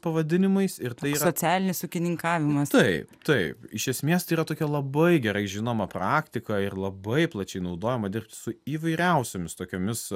pavadinimais ir tai yra toks socialinis ūkininkavimas tai taip iš esmės tai yra tokia labai gerai žinoma praktika ir labai plačiai naudojama dirbti su įvairiausiomis tokiomis